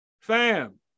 fam